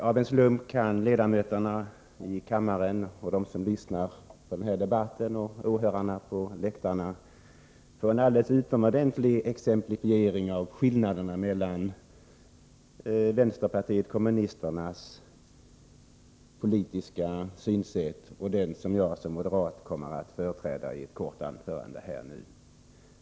Herr talman! Av en slump kan de ledamöter som lyssnar på denna debatt och åhörarna på läktarna få en alldeles utomordentlig exemplifiering av skillnaderna mellan vänsterpartiet kommunisternas politiska synsätt och det synsätt som jag som moderat kommer att företräda i ett kort anförande.